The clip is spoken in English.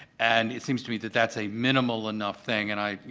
and it seems to me that that's a minimal enough thing and i, you